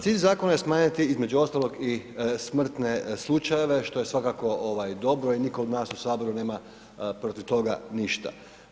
Cilj zakona je smanjiti između ostalog i smrtne slučajeve što je svakako dobro i nitko od nas u Saboru nema protiv toga ništa.